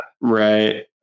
right